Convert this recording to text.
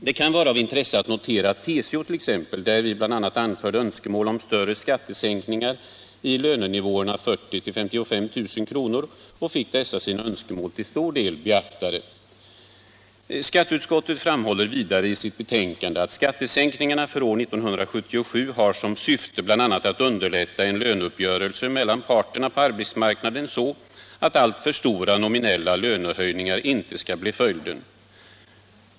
Det kan vara av intresse att notera att TCO därvid bl.a. anförde önskemål om större skattesänkningar i lönenivåerna 40 000-55 000 kr. och fick dessa sina önskemål till stor del beaktade. arna för 1977 har som syfte bl.a. att underlätta en löneuppgörelse mellan parterna på arbetsmarknaden så att alltför stora nominella lönehöjningar inte skall bli följden.